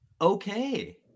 Okay